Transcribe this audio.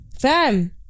fam